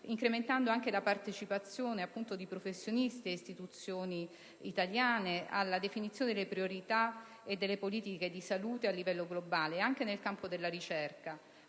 incrementando anche la partecipazione di professionisti e di istituzioni italiane nella definizione delle priorità e delle politiche di salute a livello globale, anche nel campo della ricerca,